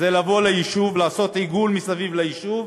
זה לבוא ליישוב, לעשות עיגול מסביב ליישוב,